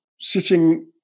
sitting